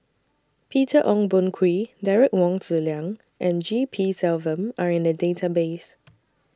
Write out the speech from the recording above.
Peter Ong Boon Kwee Derek Wong Zi Liang and G P Selvam Are in The Database